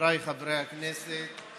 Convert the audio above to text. חבריי חברי הכנסת,